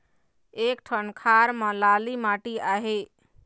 एक ठन खार म लाली माटी आहे?